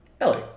Ellie